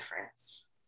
difference